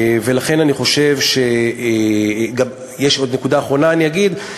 ולכן אני חושב גם, עוד נקודה אחרונה אני אגיד.